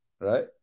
right